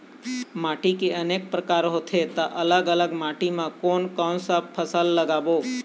माटी के अनेक प्रकार होथे ता अलग अलग माटी मा कोन कौन सा फसल लगाबो?